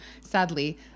Sadly